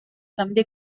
també